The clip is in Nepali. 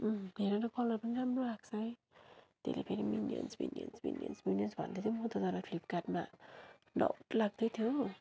अँ हेर न कलर पनि राम्रो आएको छ है त्यसले फेरि मिन्यन्स मिन्यन्स मिन्यन्स मिन्यन्स भन्दैथ्यो म त तर फ्लिपकार्टमा डाउट लाग्दै थियो हो